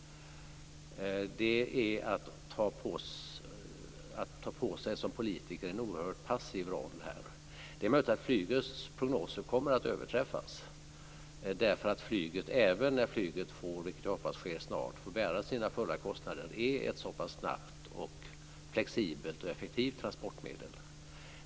Det är att som politiker ta på sig en oerhört passiv roll. Det är möjligt att flygets prognoser kommer att överträffas därför att flyget även när det får bära sina fulla kostnader, vilket jag hoppas sker snart, är ett så pass snabbt, flexibelt och effektivt transportmedel.